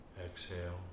Exhale